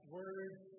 words